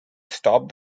stop